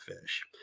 fish